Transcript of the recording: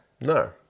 No